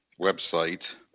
website